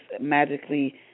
magically